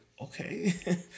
okay